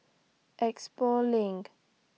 Expo LINK